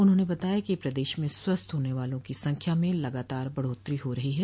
उन्होंने बताया कि प्रदेश में स्वस्थ होने वालों की संख्या में लगातार बढ़ोत्तरी हो रही है